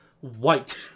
white